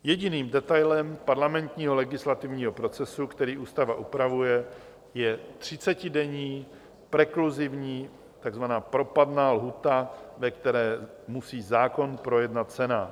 Jediným detailem parlamentního legislativního procesu, který ústava upravuje, je třicetidenní prekluzivní, tzv. propadná lhůta, ve které musí zákon projednat Senát.